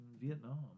Vietnam